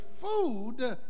food